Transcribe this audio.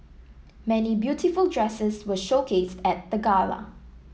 many beautiful dresses were showcased at the gala